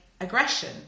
aggression